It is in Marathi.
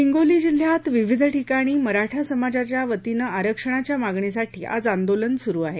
हिंगोली जिल्ह्यात विविध ठिकाणी मराठा समाजाच्या वतीनं आरक्षणाच्या मागणीसाठी आज आंदोलन सुरू आहे